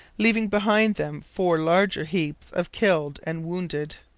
leaving behind them four larger heaps of killed and wounded.